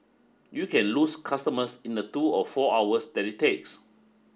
you can lose customers in the two or four hours that it takes